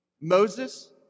Moses